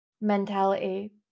mentality